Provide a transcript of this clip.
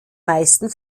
meisten